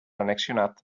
annexionat